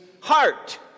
heart